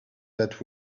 that